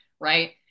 right